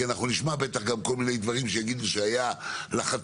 כי נשמע בוודאי כל מיני דברים שיגידו שהיו לחצים